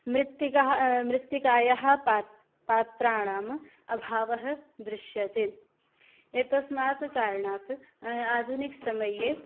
मृत्तिकाः मृत्तिकायाः पात्राणाम् अभावः दृश्यते एतस्मात् करणात् अ आधुनिकसमये